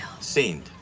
Seemed